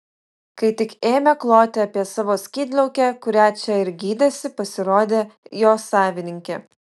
kai tik ėmė kloti apie savo skydliaukę kurią čia ir gydėsi pasirodė jo savininkė